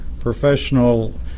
professional –